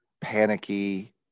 panicky